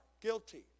guilty